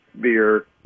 beer